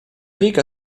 рика